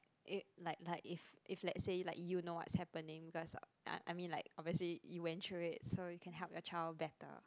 eh like like if if let's say like you know what's happening because I I mean like obviously you went through it so you can help your child better